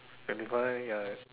twenty five ya